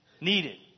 needed